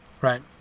Right